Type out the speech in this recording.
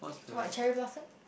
what cherry blossom